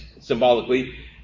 symbolically